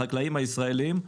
החקלאים הישראלים,